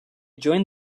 joined